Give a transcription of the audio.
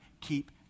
keep